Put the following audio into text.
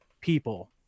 people